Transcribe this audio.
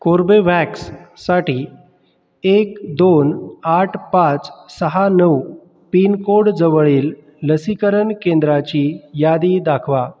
कोर्बेवॅक्ससाठी एक दोन आठ पाच सहा नऊ पिनकोडजवळील लसीकरण केंद्राची यादी दाखवा